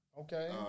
Okay